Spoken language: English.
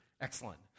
Excellent